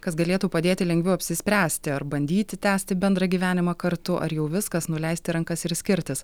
kas galėtų padėti lengviau apsispręsti ar bandyti tęsti bendrą gyvenimą kartu ar jau viskas nuleisti rankas ir skirtis